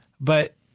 but-